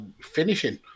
finishing